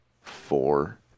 four